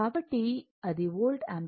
కాబట్టి ఇది volt ampere VI